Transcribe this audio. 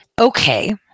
okay